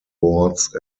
boards